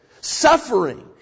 Suffering